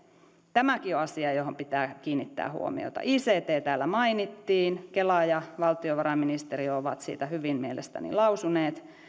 tämäkin on asia johon pitää kiinnittää huomiota ict täällä mainittiin kela ja valtiovarainministeriö ovat siitä hyvin mielestäni lausuneet